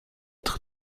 être